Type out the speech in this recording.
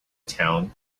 town